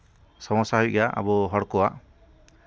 ᱥᱚᱢᱚᱥᱥᱟ ᱦᱩᱭᱩᱜ ᱜᱮᱭᱟ ᱟᱵᱚ ᱦᱚᱲ ᱠᱚᱣᱟᱜ